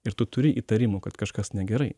ir tu turi įtarimų kad kažkas negerai